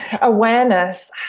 Awareness